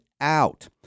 out